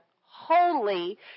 Wholly